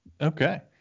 Okay